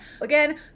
Again